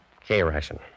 K-ration